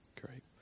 great